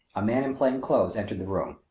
a man in plain clothes entered the room.